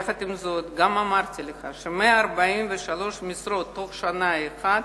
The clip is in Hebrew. יחד עם זאת גם אמרתי לך ש-143 משרות תוך שנה אחת,